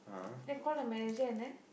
they call the manager and then